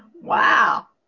wow